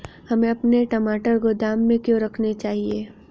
हमें अपने टमाटर गोदाम में क्यों रखने चाहिए?